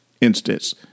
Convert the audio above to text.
instance